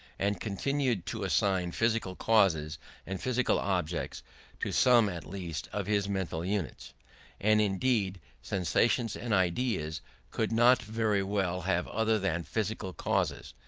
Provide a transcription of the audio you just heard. and continued to assign physical causes and physical objects to some, at least, of his mental units and indeed sensations and ideas could not very well have other than physical causes,